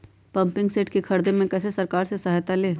Pumping set के ख़रीदे मे कैसे सरकार से सहायता ले?